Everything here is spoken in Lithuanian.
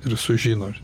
ir sužino